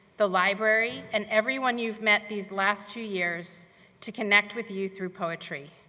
the library, and everyone you've met these last few years to connect with you through poetry.